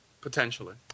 potentially